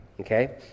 Okay